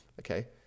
okay